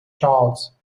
charles